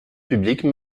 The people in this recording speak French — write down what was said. publique